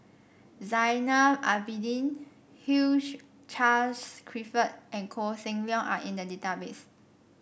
Zainal Abidin Hugh Charles Clifford and Koh Seng Leong are in the database